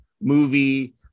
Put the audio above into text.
movie